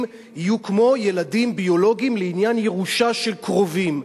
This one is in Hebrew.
יהיו כמו ילדים ביולוגיים לעניין ירושה של קרובים.